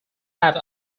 have